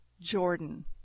Jordan